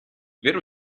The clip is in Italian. vero